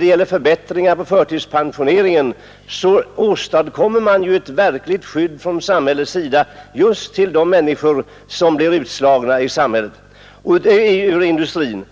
genom de förbättringar av förtidspensionerna som kommer att föreslås i den proposition som nu är på väg åstadkommer man ett verkligt gott skydd från samhällets sida just för de människor som blir utslagna ur industrin.